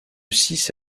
six